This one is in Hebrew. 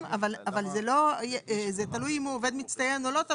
אבל זה תלוי אם הוא עובד מצטיין או לא.